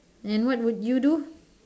and what would you do